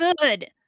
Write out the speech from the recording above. good